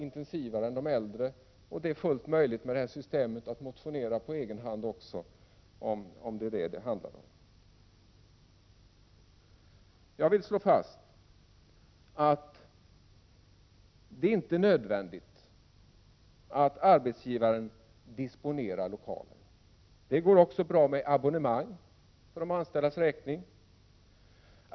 Det är fullt möjligt med det här systemet att motionera också på egen hand. Jag vill slå fast att det inte är nödvändigt att arbetsgivaren disponerar lokalerna. Det går också bra med abonnemang för de anställdas räkning.